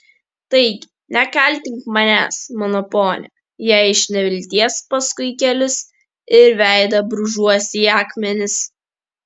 taigi nekaltink manęs mano pone jei iš nevilties paskui kelius ir veidą brūžuosi į akmenis